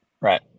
Right